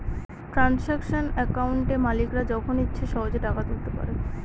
transaction একাউন্টে মালিকরা যখন ইচ্ছে সহেজে টাকা তুলতে পারে